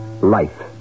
Life